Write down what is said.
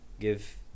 give